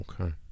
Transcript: Okay